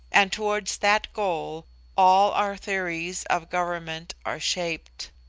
and towards that goal all our theories of government are shaped.